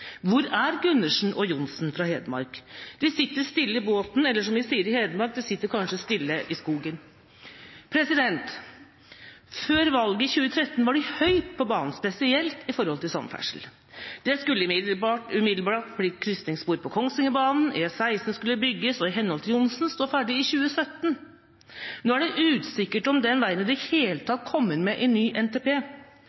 Hedmark? De sitter stille i båten, eller som vi sier i Hedmark: De sitter kanskje stille i skogen. Før valget i 2013 var de høyt på banen, spesielt når det gjaldt samferdsel. Det skulle umiddelbart bli krysningsspor på Kongsvingerbanen, E16 skulle bygges og ifølge Johnsen stå ferdig i 2017. Nå er det usikkert om denne veien i det hele